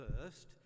first